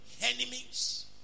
enemies